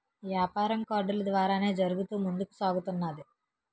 యాపారం కార్డులు ద్వారానే జరుగుతూ ముందుకు సాగుతున్నది